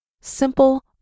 Simple